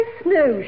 snow